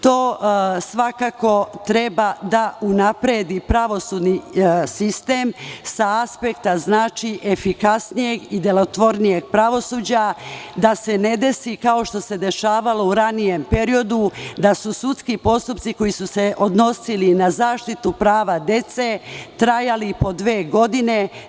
To svakako treba da unapredi pravosudni sistem sa aspekta efikasnijeg i delotvornijeg pravosuđa, da se ne desi, kao što se dešavalo, u ranijem periodu da su sudski postupci, koji su se odnosili na zaštitu prava dece, trajali i po dve godine.